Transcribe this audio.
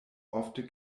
ofte